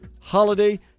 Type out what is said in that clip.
holiday